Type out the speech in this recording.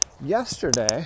yesterday